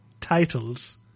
titles